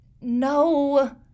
no